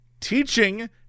teaching